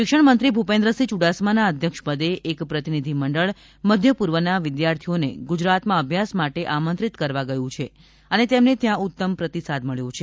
શિક્ષણમંત્રી ભુપેન્દ્રસિંહ યુડાસમાનાં અધ્યક્ષપદે એક પ્રતિનિધિમંડળ મધ્યપૂર્વના વિદ્યાર્થીઓને ગુજરાતમાં અભ્યાસ માટે આમંત્રિત કરવા ગયું છે અને તેમ ને ત્યાં ઉત્તમ પ્રતિસાદ મળ્યો છે